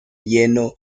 lleno